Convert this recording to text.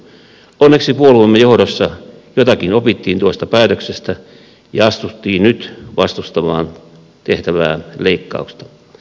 onneksi puolueemme johdossa jotakin opittiin tuosta päätöksestä ja astuttiin nyt vastustamaan tehtävää leikkausta